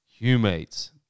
humates